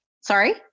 Sorry